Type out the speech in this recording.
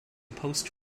post